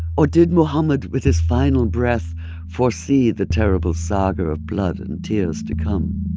or did muhammad with his final breath foresee the terrible saga of blood and tears to come?